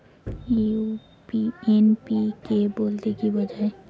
NPK বলতে কী বোঝায়?